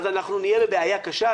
אז אנחנו נהיה בבעיה קשה.